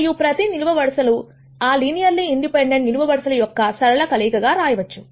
మరియు ప్రతి నిలువు వరుసలను ఆ లినియర్లీ ఇండిపెండెంట్ నిలువు వరుసల యొక్క ఒక సరళ కలయికగా రాయవచ్చు